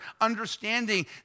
understanding